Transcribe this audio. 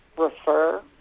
refer